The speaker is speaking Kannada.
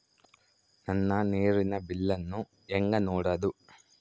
ನನ್ನ ನೇರಿನ ಬಿಲ್ಲನ್ನು ಹೆಂಗ ನೋಡದು?